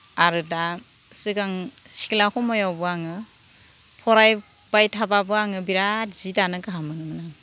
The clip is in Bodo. आरो दा सिगां सिख्ला समावब्लाबो आङो फरायबाय थाब्लाबो आङो बिराद जि दानो गाहाम मोनोमोन